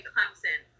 Clemson